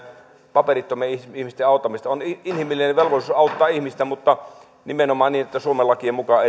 paperittomien ihmisten auttamisesta on inhimillinen velvollisuus auttaa ihmistä mutta nimenomaan niin että suomen lakien mukaan